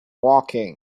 woking